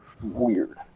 weird